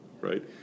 Right